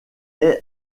est